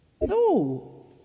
no